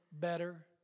Better